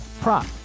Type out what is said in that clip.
prop